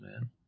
man